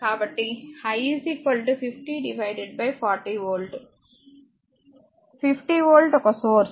కాబట్టి i 50 40 volt 50 volt ఒక source